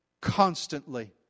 constantly